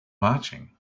marching